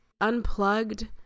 unplugged